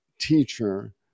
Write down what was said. teacher